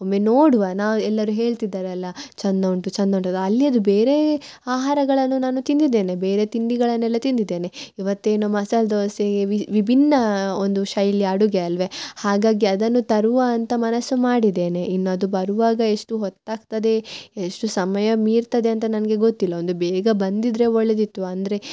ಒಮ್ಮೆ ನೋಡುವ ನಾವು ಎಲ್ಲರು ಹೇಳ್ತಿದ್ದಾರಲ್ಲ ಚಂದ ಉಂಟು ಚಂದ ಉಂಟು ಅದು ಅಲ್ಲಿಯದು ಬೇರೆಯೇ ಆಹಾರಗಳನ್ನು ನಾನು ತಿಂದಿದ್ದೇನೆ ಬೇರೆ ತಿಂಡಿಗಳನ್ನೆಲ್ಲ ತಿಂದಿದ್ದೇನೆ ಇವತ್ತು ಏನು ಮಸಾಲ ದೋಸೆ ವಿಭಿನ್ನ ಒಂದು ಶೈಲಿ ಅಡುಗೆ ಅಲ್ವೆ ಹಾಗಾಗಿ ಅದನ್ನು ತರುವ ಅಂತ ಮನಸ್ಸು ಮಾಡಿದೇನೆ ಇನ್ನು ಅದು ಬರುವಾಗ ಎಷ್ಟು ಹೊತ್ತು ಆಗ್ತದೇ ಎಷ್ಟು ಸಮಯ ಮೀರ್ತದೆ ಅಂತ ನನಗೆ ಗೊತ್ತಿಲ್ಲ ಒಂದು ಬೇಗ ಬಂದಿದ್ರೆ ಒಳ್ಳೆದಿತ್ತು ಅಂದರೆ